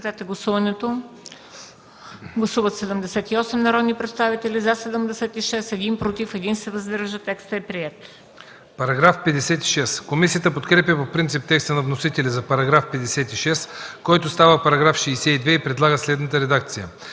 Параграф 54. Комисията подкрепя по принцип текста на вносителя за § 54, който става § 60 и предлага следната редакция: